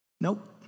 Nope